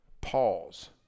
pause